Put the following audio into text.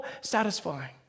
satisfying